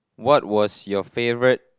what was your favourite